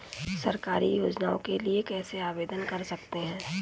सरकारी योजनाओं के लिए कैसे आवेदन कर सकते हैं?